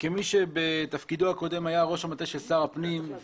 כמי שבתפקידו הקודם היה ראש המטה הקודם של שר הפנים,